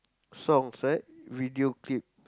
songs right video clip